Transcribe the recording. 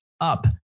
up